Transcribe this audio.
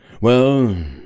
Well